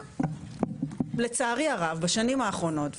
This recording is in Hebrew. לצערי הרב בשנים האחרונות,